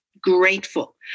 grateful